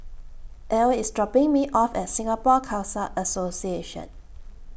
Ely IS dropping Me off At Singapore Khalsa Association